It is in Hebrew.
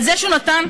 על זה שהוא נתן,